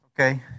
Okay